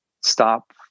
stop